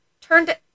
turned